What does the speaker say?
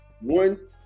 One